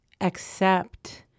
accept –